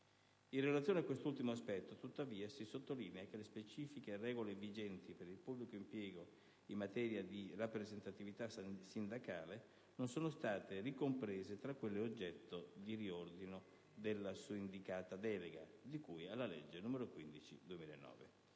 In relazione a quest'ultimo aspetto, tuttavia, si sottolinea che le specifiche regole vigenti per il pubblico impiego in materia di rappresentatività sindacale non sono state ricomprese tra quelle oggetto di riordino della suindicata delega, di cui alla legge n. 15 del 2009.